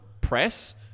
press